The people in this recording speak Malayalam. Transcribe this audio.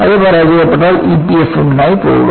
അത് പരാജയപ്പെട്ടാൽ EPFM നായി പോകുക